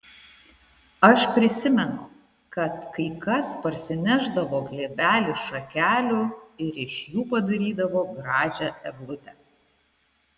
aš prisimenu kad kai kas parsinešdavo glėbelį šakelių ir iš jų padarydavo gražią eglutę